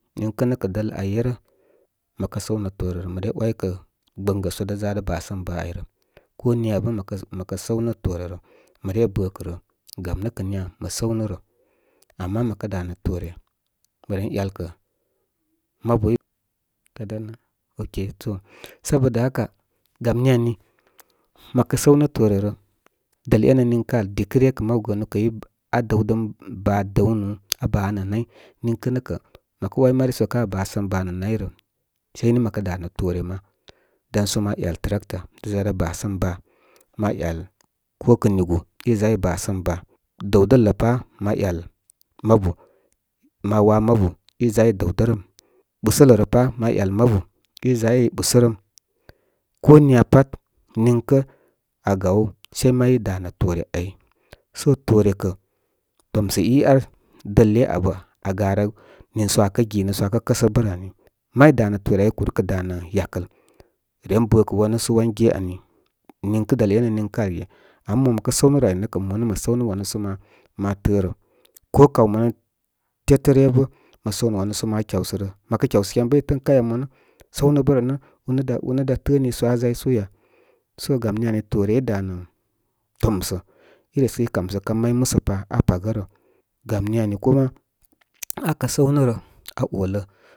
Niŋkə nə’ kə̀ dəl aa yerə. Mə kə səw nə̄ toore rə ə̀ re wakə kə̀ gbəngə sə da’ʒa da’ basəm baa áy rə. Ko nya bə mə mə kə səw nə’ toore rə mə re bə̀ kə rə, gam nə́ kə nuya mə səw nə́ rə. Ama mə kə́ da’ nə̄ toore mə ren yal kə̀ ma bu. Gam ni aui, ma kə́ ma kə’ sa’w nə’ toore rə, dəl e’nə niŋkə àl dikə ryə kə̀ mabu gəənu kə í aa dəw dən dəw nil, aa bí nə̀ naí niŋ kə́ nə’ kə’ ba, sə̄m baa nə’ nay rə. Seí ní mə lə’ da nə’ toore ma dan so ma ayal tructor da’ ʒa da basəm baa. Ma yal ko kə’ nigal i’ ʒa í ba səm baa. Dəwdələ rə pa’ ma yal mabu ma wa mabu í ʒa í dəw də rəm. Busələ rə pa’ ma yal mabu í ʒa i ɓusərəm ko niya pat miŋkə’ a a gáw səy mau dam ə toore áy. Sə toore kə̀, tom sə’ í ar dəl le abə aa garə nììsp akə ginə so akə kəsə bə rə anii. May da’ nə toore áy. Sə toore kə̀, tomsə’ í ar dəl le abə aa garə nìì so akə ginə so akə kəsəbə rə anii. Mau da’ nə toore áy kə’ ur kə’ dam ə̀ yakəl. Ren bə’ kə’ wanu so wan ge aui. Niŋkə’ dəl e’nə miŋ kə a’l ge. Ama mo mə kə’ sa’w nə rə āy nə’ kə’ mo nə’ ma’ səw nə’ wanu sə ma, ma tə̄ə̄ rə. Ko kaw manu tetə ryə bə mə səw nə’ wanu sə ma kyawsə rə. Ma kə’ kyaw sə kyam bə’, í tə́ə́ ən kayya mo nə’, səw nə’ bərə nə’ ūnə aa’ unə da’ tə̄ə̄ nììsə aa ʒaysú ya. Sə yam níuni toore í danə toonsə wi sə í kamsə kam may musə pa aa paga rə. Gam ní aui kuma aa kə səw nə̀ rə aa olə.